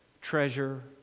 treasure